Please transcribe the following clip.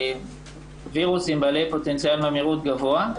וירוסים בעלי פוטנציאל ממאירות גבוה,